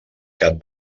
cap